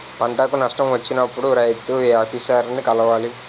పంటకు నష్టం వచ్చినప్పుడు రైతు ఏ ఆఫీసర్ ని కలవాలి?